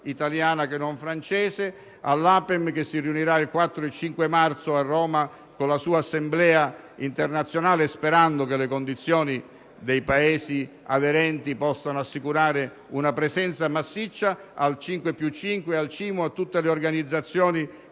italiana che non francese, all'APEM, che si riunirà il 4 e il 5 marzo a Roma con la sua Assemblea internazionale, sperando che le condizioni dei Paesi aderenti possano assicurare una presenza massiccia, al «5 più 5», al CIMO, a tutte le organizzazioni